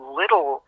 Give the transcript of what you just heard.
little